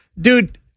dude